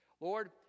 Lord